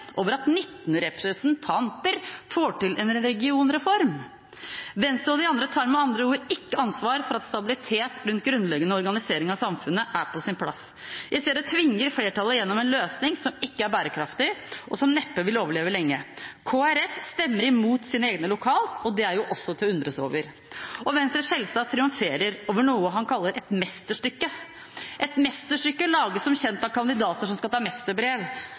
over at 19 representanter får til en regionreform. Venstre og de andre tar med andre ord ikke ansvar for at en stabilitet rundt grunnleggende organisering av samfunnet er på plass. I stedet tvinger flertallet igjennom en løsning som ikke er bærekraftig, og som neppe vil overleve lenge. Kristelig Folkeparti stemmer imot sine egne lokalt, og det er jo også til å undres over. Og Venstres Skjelstad triumferer over noe han kaller et mesterstykke. Et mesterstykke lages som kjent av kandidater som skal ta